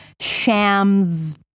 Shams